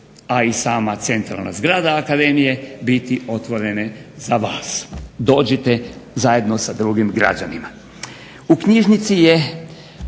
a i sama centralna zgrada akademije biti otvorene za vas. Dođite zajedno sa drugim građanima. U knjižnici je